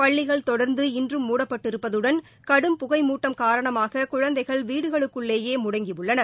பள்ளிகள் தொடர்ந்து இன்றும் மூடப்பட்டிருப்பதுடன் கடும் புகை மூட்டம் காரணமாக குழந்தைகள் வீடுகளுக்குள்ளேயே முடங்கி உள்ளனர்